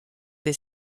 dei